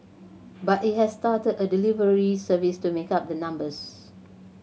but it has started a delivery service to make up the numbers